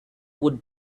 would